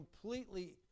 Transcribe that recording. completely